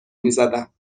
میزدم